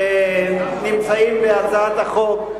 שנמצאים בהצעת החוק,